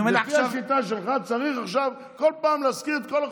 לפי השיטה שלך צריך עכשיו כל פעם להזכיר את כל החוקים,